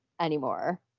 Anymore